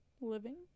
Living